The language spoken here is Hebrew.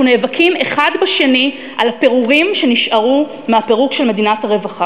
אנחנו נאבקים אחד בשני על הפירורים שנשארו מהפירוק של מדינת הרווחה.